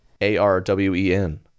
A-R-W-E-N